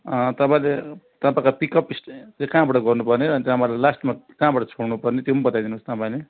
तपाईँले तपाईँको pick up stand चाहिँ कहाँबाट गर्नुपर्ने अनि त्यहाँबाट लास्टमा कहाँबटा छोड्नुपर्ने त्यो पनि बताइ दिनुहोस् तपाईँले